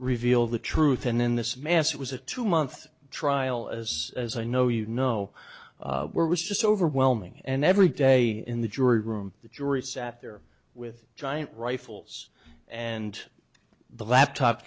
reveal the truth in this mess it was a two month trial as as i know you know where was just overwhelming and every day in the jury room the jury sat there with giant rifles and the laptop